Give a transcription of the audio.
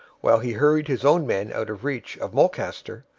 while he hurried his own men out of reach of mulcaster,